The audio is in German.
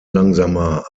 langsamer